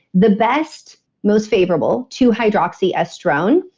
the best most favorable two hydroxyestrone,